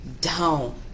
Down